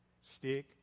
Stick